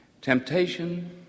temptation